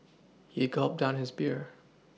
he gulped down his beer